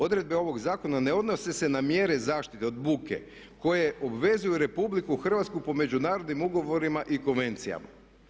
Odredbe ovog zakona ne odnose se na mjere zaštite od buke koje obvezuju RH po Međunarodnim ugovorima i Konvencijama.